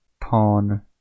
pawn